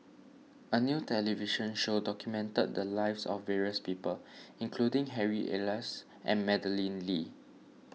a new television show documented the lives of various people including Harry Elias and Madeleine Lee